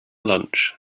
lunch